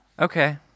Okay